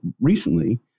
recently